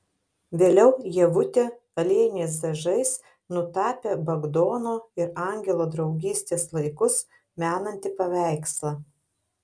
vėliau ievutė aliejiniais dažais nutapė bagdono ir angelo draugystės laikus menantį paveikslą